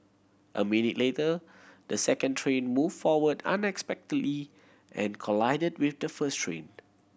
a minute later the second train moved forward unexpectedly and collided with the first train